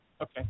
Okay